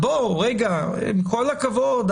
אם נגלה שהוא באמת פוגע